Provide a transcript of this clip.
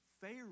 Pharaoh